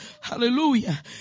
Hallelujah